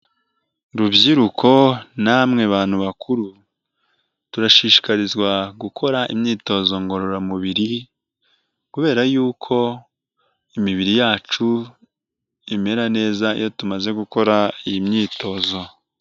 Rubyiruko namwe bantu bakuru, turashishikarizwa gukora imyitozo ngororamubiri kubera yuko imibiri yacu imera neza iyo tumaze gukora iyi myitozo.